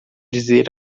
dizer